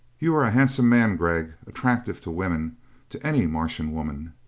you are a handsome man, gregg attractive to women to any martian woman.